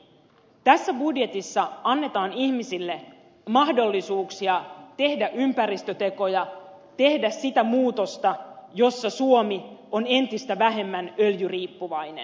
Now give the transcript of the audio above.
tässä budjetissa annetaan ihmisille mahdollisuuksia tehdä ympäristötekoja tehdä sitä muutosta jossa suomi on entistä vähemmän öljyriippuvainen